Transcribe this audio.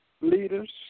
leaders